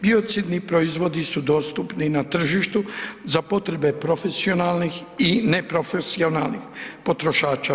Biocidni proizvodi su dostupni na tržištu za potrebe profesionalnih i ne profesionalnih potrošača.